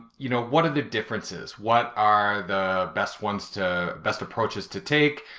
you know, what are the differences? what are the best ones to. best approaches to take?